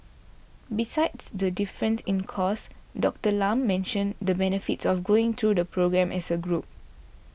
besides the difference in cost Doctor Lam mentioned the benefits of going through the programme as a group